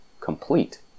complete